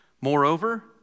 Moreover